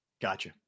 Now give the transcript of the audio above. Gotcha